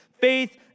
Faith